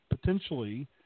potentially